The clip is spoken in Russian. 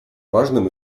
важным